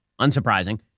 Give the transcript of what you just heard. Unsurprising